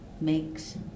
makes